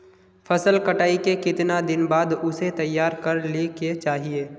फसल कटाई के कीतना दिन बाद उसे तैयार कर ली के चाहिए?